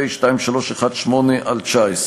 פ/2318/19.